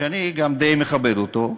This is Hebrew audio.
שאני גם די מכבד אותו,